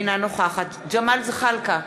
אינה נוכחת ג'מאל זחאלקה,